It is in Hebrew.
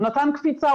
הוא נתן קפיצה,